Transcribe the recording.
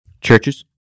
Churches